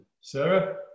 Sarah